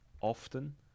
often